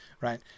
right